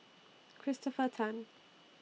Christopher Tan